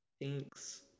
Thanks